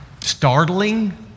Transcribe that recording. startling